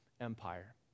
Empire